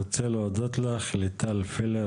אני רוצה להודות לך ליטל פילר,